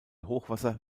hochwasser